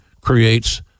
creates